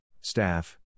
staff